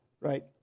right